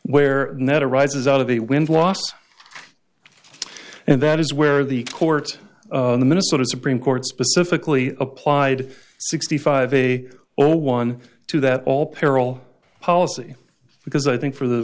where net arises out of the wind lost and that is where the court the minnesota supreme court specifically applied sixty five a zero one two that all peril policy because i think for the